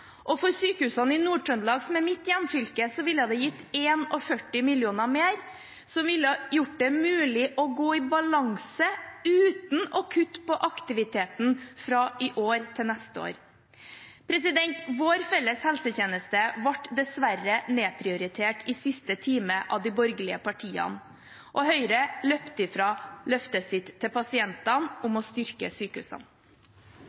Og for sykehusene i Nord-Trøndelag, som er mitt hjemfylket, ville det gitt 41 mill. kr mer, som ville gjort det mulig å gå i balanse uten å kutte i aktiviteten fra i år til neste år. Vår felles helsetjeneste ble dessverre nedprioritert i siste time av de borgerlige partiene, og Høyre løp fra løftet sitt til pasientene